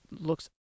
looks